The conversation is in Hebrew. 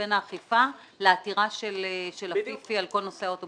בין האכיפה לעתירה של עפיפי על כל נושא האוטובוסים.